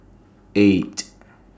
eight